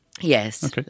Yes